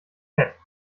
fett